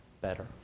better